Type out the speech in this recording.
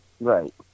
Right